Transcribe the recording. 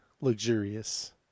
luxurious